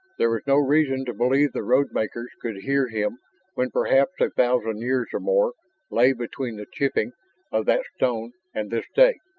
there was no reason to believe the road makers could hear him when perhaps a thousand years or more lay between the chipping of that stone and this day.